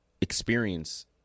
experience